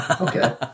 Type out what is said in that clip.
Okay